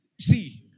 see